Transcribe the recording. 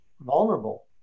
vulnerable